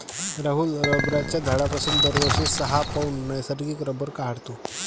राहुल रबराच्या झाडापासून दरवर्षी सहा पौंड नैसर्गिक रबर काढतो